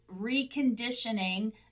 reconditioning